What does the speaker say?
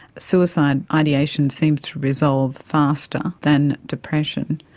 suicide ideation seems to resolve faster than depression,